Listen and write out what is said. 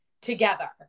together